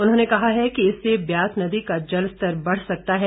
उन्होंने कहा है कि इससे ब्यास नदी का जलस्तर बढ़ सकता है